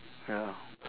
ya